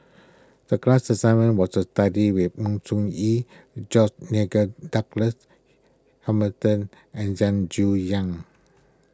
the class assignment was to study with Sng Choon Yee George Nigel Douglas Hamilton and Zen Jiu Yang